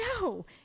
No